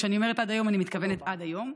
כשאני אומרת עד היום, אני מתכוונת עד היום.